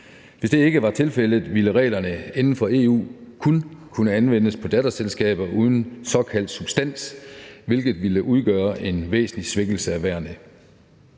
Hvis det ikke var tilfældet, ville reglerne inden for EU kun kunne anvendes på datterselskaber uden såkaldt substans, hvilket ville udgøre en væsentlig svækkelse af værnet.